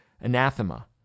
anathema